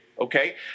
Okay